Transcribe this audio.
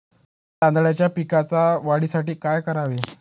तांदळाच्या पिकाच्या वाढीसाठी काय करावे?